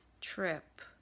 trip